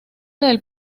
del